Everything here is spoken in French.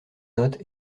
notes